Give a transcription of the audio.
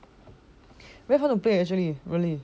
very fun to play eh actually really